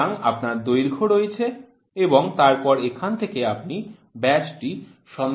সুতরাং আপনার দৈর্ঘ্য রয়েছে এবং তারপরে এখান থেকে আপনি ব্যাসটি সন্ধান করার চেষ্টা করতে পারেন